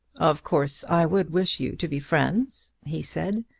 of course, i would wish you to be friends, he said,